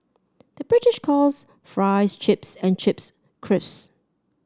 the British calls fries chips and chips crisps